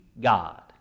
God